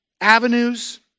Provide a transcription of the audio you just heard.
avenues